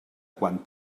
quan